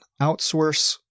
outsource